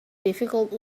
difficult